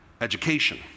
education